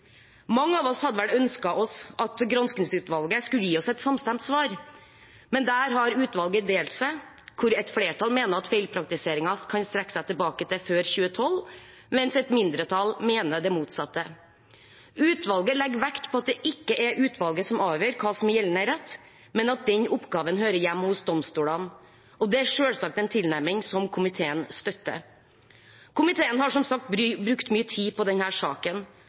Mange av oss hadde vel ønsket oss at granskingsutvalget skulle gi oss et samstemt svar, men der har utvalget delt seg, hvor et flertall mener at feilpraktiseringen kan strekke seg tilbake til før 2012, mens et mindretall mener det motsatte. Utvalget legger vekt på at det ikke er utvalget som avgjør hva som er gjeldende rett, men at den oppgaven hører hjemme hos domstolene, og det er selvsagt en tilnærming komiteen støtter. Komiteen har som sagt brukt mye tid på denne saken,